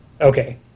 Okay